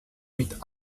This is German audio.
mit